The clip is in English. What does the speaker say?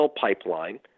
pipeline